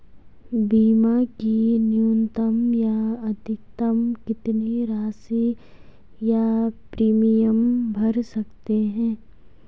बीमा की न्यूनतम या अधिकतम कितनी राशि या प्रीमियम भर सकते हैं?